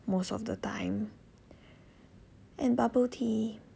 most of the time and bubble tea